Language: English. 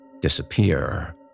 disappear